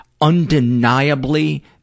undeniably